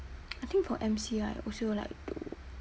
I think for M_C right also like to